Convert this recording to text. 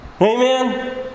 Amen